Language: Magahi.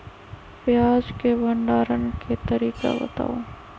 प्याज के भंडारण के तरीका बताऊ?